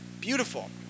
Beautiful